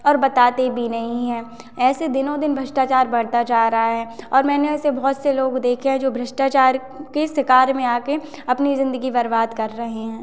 और बताते भी नहीं है ऐसे दिनों दिन भ्रष्टाचार बढ़ता जा रहा है और मैंने ऐसे बहुत से लोग देखे हैं जो भ्रष्टाचार के शिकार में आ कर अपनी ज़िंदगी बर्बाद कर रहे हैं